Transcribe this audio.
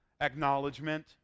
acknowledgement